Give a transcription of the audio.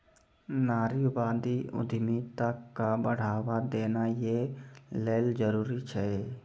नारीवादी उद्यमिता क बढ़ावा देना यै ल जरूरी छै